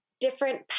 different